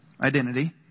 Identity